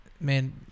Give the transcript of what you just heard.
man